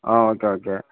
ah okay okay